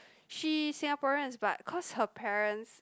she Singaporeans but cause her parents